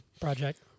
Project